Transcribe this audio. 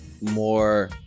more